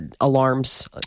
alarms